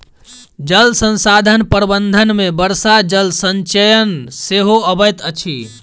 जल संसाधन प्रबंधन मे वर्षा जल संचयन सेहो अबैत अछि